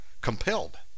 compelled